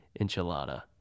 enchilada